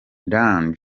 dwayne